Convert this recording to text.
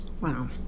Wow